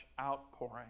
outpouring